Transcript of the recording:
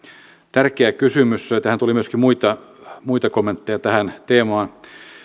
tärkeä kysymys tähän teemaan tuli myös muita kommentteja